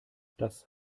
das